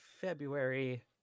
february